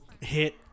Hit